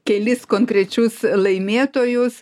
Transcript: kelis konkrečius laimėtojus